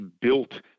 built